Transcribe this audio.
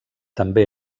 també